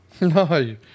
No